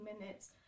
minutes